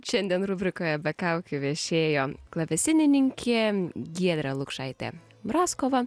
šiandien rubrikoje be kaukių viešėjo klavesinininkė giedrė lukšaitė mrazkova